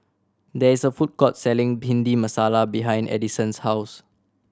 there is a food court selling Bhindi Masala behind Edison's house